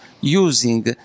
using